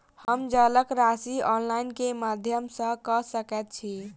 हम जलक राशि ऑनलाइन केँ माध्यम सँ कऽ सकैत छी?